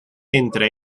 entre